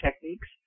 techniques